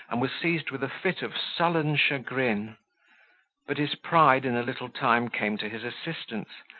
and was seized with a fit of sullen chagrin but his pride in a little time came to his assistance,